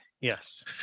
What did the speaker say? Yes